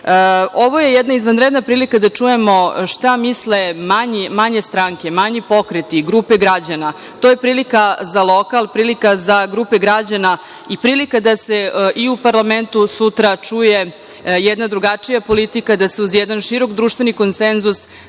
je jedna izvanredna prilika da čujemo šta misle manje stranke, manji pokreti, grupe građana. To je prilika za lokal, prilika za grupe građana i prilika da se i u parlamentu sutra čuje jedna drugačija politika, da se uz jedan širok društveni konsenzus